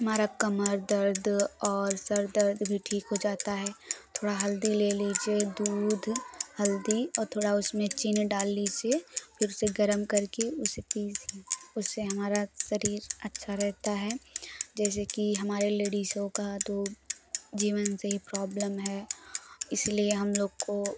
हमारा कमर दर्द और सर दर्द भी ठीक हो जाता है थोड़ा हल्दी ले लीजिए दूध हल्दी और थोड़ा उसमें चीनी डाल लीजिए फिर उसे गर्म कर के उसे पीजिए उससे हमारा शरीर अच्छा रहता है जैसे कि हमारे लेडीसों का तो जीवन से ही प्रॉबलम है इस लिए हम लोग को